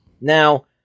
Now